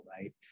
right